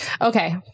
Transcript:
okay